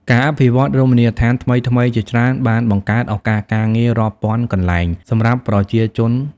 ការអភិវឌ្ឍន៍រមណីយដ្ឋានថ្មីៗជាច្រើន បានបង្កើត ឱកាសការងាររាប់ពាន់កន្លែង សម្រាប់ប្រជាជន។